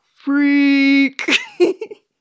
Freak